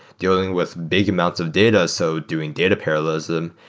dealing with big amounts of data. so doing data parallelism,